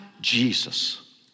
Jesus